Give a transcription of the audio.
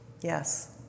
Yes